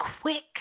quick